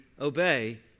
obey